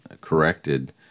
corrected